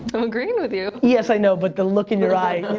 i'm agreeing with you! yes, i know, but the look in your eye,